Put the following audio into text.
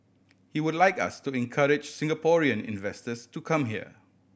he would like us to encourage Singaporean investors to come here